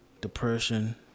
depression